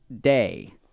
day